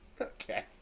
Okay